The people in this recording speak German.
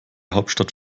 hauptstadt